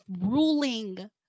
ruling